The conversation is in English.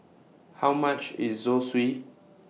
How much IS Zosui